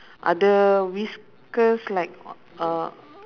are the whiskers like uh